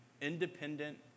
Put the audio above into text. independent